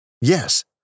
Yes